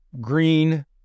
green